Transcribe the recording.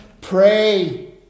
Pray